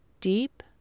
deep